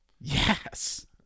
Yes